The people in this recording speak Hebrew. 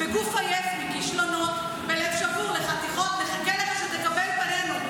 / בגוף עייף מכישלונות / בלב שבור לחתיכות / נחכה לך שתקבל פנינו.